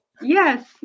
Yes